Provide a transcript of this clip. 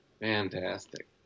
Fantastic